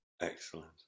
Excellent